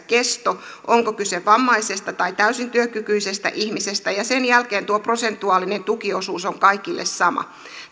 kesto onko kyse vammaisesta vai täysin työkykyisestä ihmisestä ja sen jälkeen tuo prosentuaalinen tukiosuus on kaikille sama